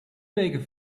weken